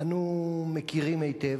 אנו מכירים היטב,